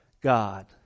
God